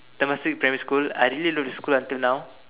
Temasek primary school I really love the school until now